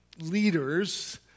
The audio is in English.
leaders